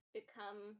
become